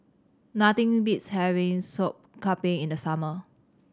nothing beats having Sop Kambing in the summer